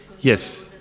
Yes